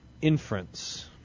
inference